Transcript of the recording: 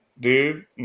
dude